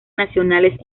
nacionales